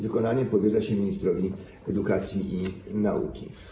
Wykonanie powierza się ministrowi edukacji i nauki.